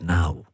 Now